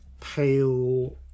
pale